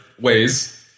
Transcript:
ways